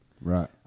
Right